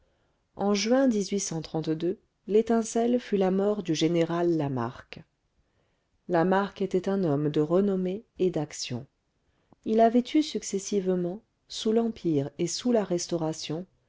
en juin l'étincelle fut la mort du général lamarque lamarque était un homme de renommée et d'action il avait eu successivement sous l'empire et sous la restauration